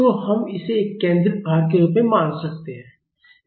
तो हम इसे एक केंद्रित भार के रूप में मान सकते हैं